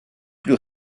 plus